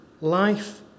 life